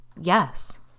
Yes